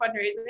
fundraising